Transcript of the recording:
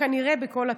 וכנראה בכל התיק.